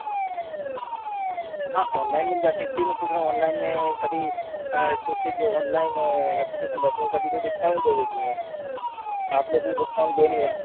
हाँ ऑनलाइन मिल जाते हैं इसलिए मैं पूछ रहा हूँ ऑनलाइन में कभी कुछ जो ऑनलाइन ऐप्लीकेशन रहती हैं कभी कुछ डिस्काउंट दे देती हैं आप लोग तो डिस्काउंट दे नहीं रहे हैं